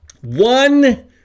one